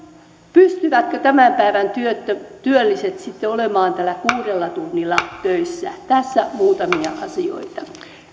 pystyvätkö tämän päivän työlliset sitten olemaan tällä kuudella tunnilla töissä tässä muutamia asioita